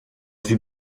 vue